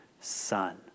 son